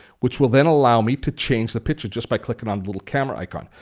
which will then allow me to change the picture just by clicking on the little camera icon.